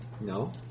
No